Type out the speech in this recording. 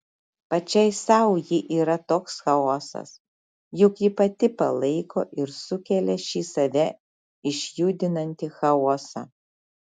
pačiai sau ji yra toks chaosas juk ji pati palaiko ir sukelia šį save išjudinantį chaosą